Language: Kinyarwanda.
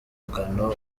mugano